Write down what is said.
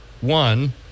One